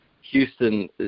Houston